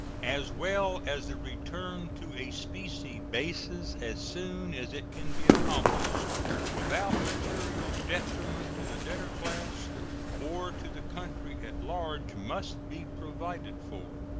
as well as the return to a specie basis as soon as it can be accomplished without material detriment to the debtor class or to the country at large, must be provided for.